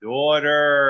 daughter